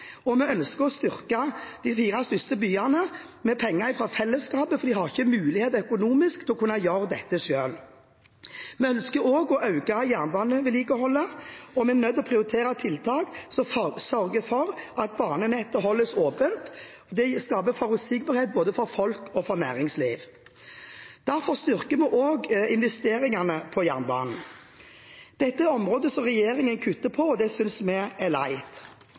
og vi ønsker å styrke de fire største byene med penger fra fellesskapet, for de har ikke mulighet økonomisk til å gjøre dette selv. Vi ønsker også å øke jernbanevedlikeholdet, og vi er nødt til å prioritere tiltak som sørger for at banenettet holdes åpent. Det skaper forutsigbarhet for både folk og næringsliv. Derfor styrker vi også investeringene på jernbanen. Dette er områder som regjeringen kutter i, og det synes vi er leit.